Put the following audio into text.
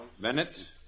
Bennett